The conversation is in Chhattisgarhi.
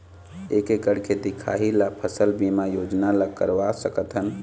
एक एकड़ के दिखाही ला फसल बीमा योजना ला करवा सकथन?